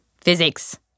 Physics